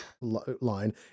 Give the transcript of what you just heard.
line